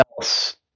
else